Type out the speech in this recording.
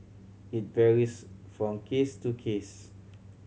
it varies from case to case